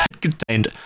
contained